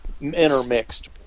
intermixed